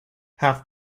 have